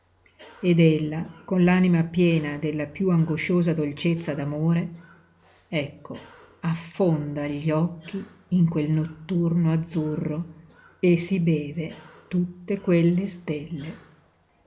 ed ella con l'anima piena della piú angosciosa dolcezza d'amore ecco affonda gli occhi in quel notturno azzurro e si beve tutte quelle stelle